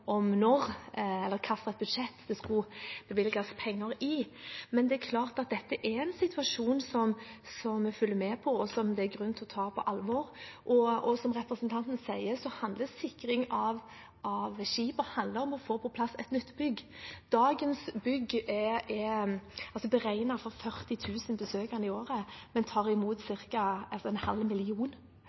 når eller på hvilket budsjett det skulle bevilges penger. Men det er klart at dette er en situasjon som vi følger med på, og som det er grunn til å ta på alvor. Som representanten sier, handler sikring av skipene om å få på plass et nytt bygg. Dagens bygg er beregnet for 40 000 besøkende i året, men tar imot